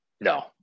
No